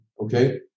okay